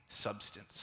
substance